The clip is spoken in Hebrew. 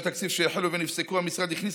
בדיוני התקציב שהחלו ונפסקו המשרד הכניס